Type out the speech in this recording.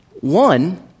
One